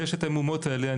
כשיש את המהומות האלה,